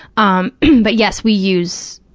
um but yes, we use